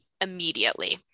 immediately